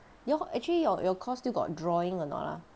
your actually your your course still got drawing or not ah